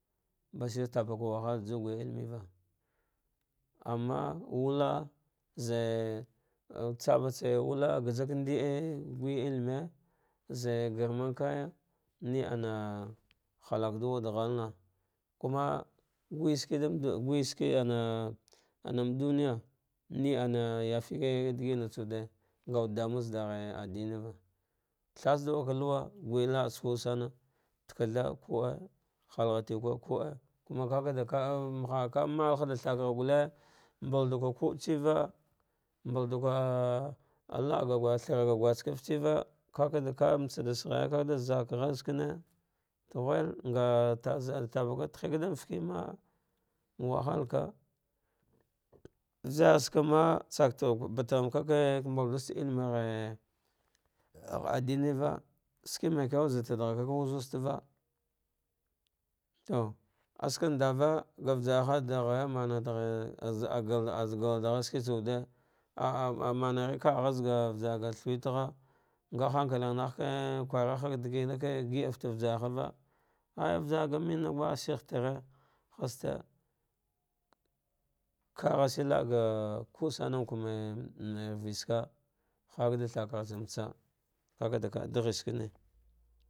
Bbasai tabakau wahal ju gwai llimina, amma wulah ze tsam tsa wula gajakndizeh guwai llime ze gh gumarkai ne ana halag ɗu wuid ghalna kuma guishinki ɗe guishiki ana anam vuniyane ana yafike ɗegimatsa wnute nga wude ɗamu zadishe a diniva thats ɗuwaka inwa, gwau laatsa vude sema, da kaɗth vaute halgatique kude, kuma kacada ah ka malhaɗa thsagha gulle, mbaɗuka vulfetseva, mba ɗuka ah laaga gul thra ga guskefte tsevo kakaɗa kad mtsa saghaya kaɗa zak ghar shi ne tashiwel nga ta tab za ah, tahiva ɗam fekeva mba wahalka, wusartsakama tsaktun bat hhanaka ve mal duste llimighe achiniva, sve maikew zatar draghake ka wonost kawuzsteva to aska nɗava ga vasarha ɗhar ghaya mandaghar zaa guldarghar ah sketsa wude ahiah amuner kaagha zaghga vajarga thav tgha nga hankalinagh ke kwaraha disik ke si ahfete vasarhava ajju vajar gamenena we shih tere haste kagha shin laa ga vucte samakise ndo rive ska, harka thakagha tse mbetsa kakaɗa ke dighne skne.